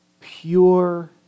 pure